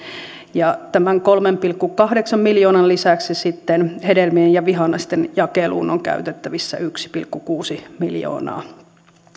tämän kolmen pilkku kahdeksan miljoonan lisäksi sitten hedelmien ja vihannesten jakeluun on käytettävissä yksi pilkku kuusi miljoonaa